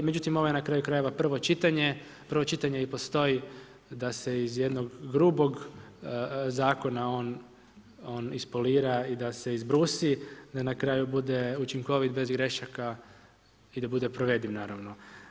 Međutim, ovo je na kraju krajeva prvo čitanje. prvo čitanje i postoji da se iz jednog grubog Zakona on ispolira i da se izbrusi da na kraju bude učinkovit bez grešaka i da bude provediv, naravno.